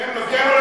תן לו להתפרק.